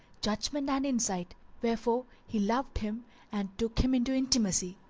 judgement and insight. wherefor he loved him and took him into intimacy.